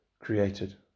created